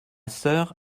sœur